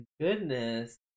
goodness